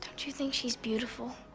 you think she's beautiful?